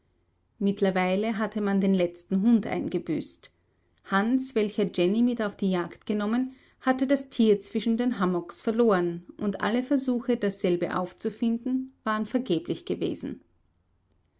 mittlerweile hatte man den letzten hund eingebüßt hans welcher jennie mit auf die jagd genommen hatte das tier zwischen den hummocks verloren und alle versuche dasselbe aufzufinden waren vergeblich gewesen